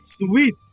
sweet